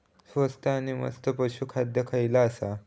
स्वस्त आणि मस्त पशू खाद्य खयला आसा?